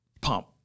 pump